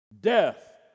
death